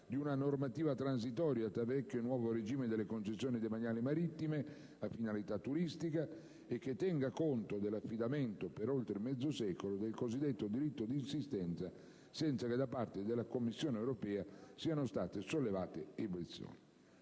di una normativa transitoria tra vecchio e nuovo regime delle concessioni demaniali marittime a finalità turistica, che tenga conto dell'applicazione per oltre mezzo secolo del cosiddetto diritto di insistenza senza che da parte della Commissione europea siano state sollevate obiezioni.